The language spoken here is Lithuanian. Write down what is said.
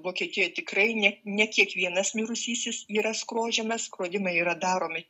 vokietijoj tikrai ne ne kiekvienas mirusysis yra skrodžiamas skrodimai yra daromi